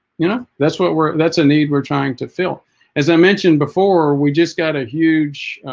you know that's what we're that's a need we're trying to fill as i mentioned before we just got a huge